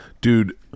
Dude